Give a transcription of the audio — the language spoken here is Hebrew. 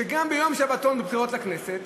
שגם כשיש יום שבתון בבחירות לכנסת